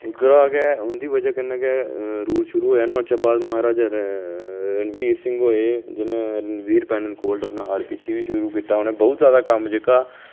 उद्धरा गै उं'दी बजह कन्नै गै रूल शुरू होएआ नुहाड़े कशा बाद महाराजा रणवीर सिंह होए जि'नें रणवीर पैनल कोड आरपीसी बी शुरू कीता उ'नें बहुत जादै कम्म जेह्का